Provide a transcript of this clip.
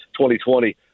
2020